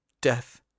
death